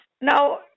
Now